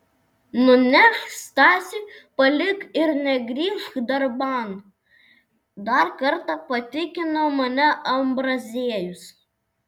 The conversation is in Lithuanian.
nunešk stasiui palik ir negrįžk darban dar kartą patikino mane ambraziejus